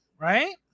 right